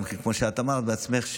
כמו שאמרת בעצמך,